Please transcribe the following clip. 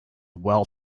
well